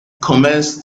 commenced